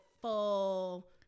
full